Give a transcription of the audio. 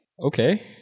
Okay